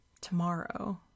tomorrow